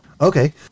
okay